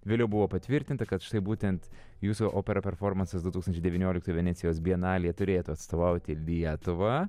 vėliau buvo patvirtinta kad štai būtent jūsų opera performansas du tūkstančiai devynioliktųjų venecijos bienalėje turėtų atstovauti lietuvą